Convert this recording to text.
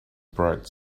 bright